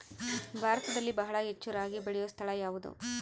ಭಾರತದಲ್ಲಿ ಬಹಳ ಹೆಚ್ಚು ರಾಗಿ ಬೆಳೆಯೋ ಸ್ಥಳ ಯಾವುದು?